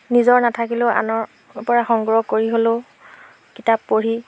নিজৰ নাথাকিলেও আনৰ পৰা সংগ্ৰহ কৰি হ'লেও কিতাপ পঢ়ি